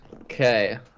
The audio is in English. Okay